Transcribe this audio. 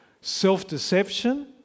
Self-deception